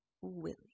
Willie